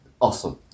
awesome